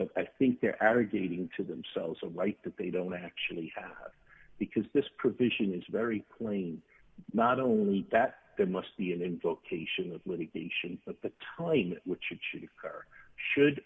but i think they're aggregating to themselves a right that they don't actually have because this provision is very clean not only that there must be an indication of litigation but the timing which it should